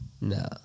No